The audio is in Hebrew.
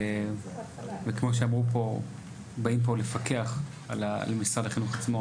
וכמו שאמרו פה, באים פה לפקח על משרד החינוך עצמו.